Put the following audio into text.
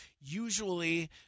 usually